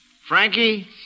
Frankie